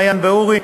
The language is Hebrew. מעיין ואורי,